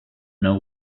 know